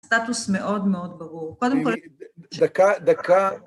סטטוס מאוד מאוד ברור. קודם כל. דקה, דקה